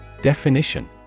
Definition